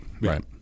right